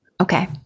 Okay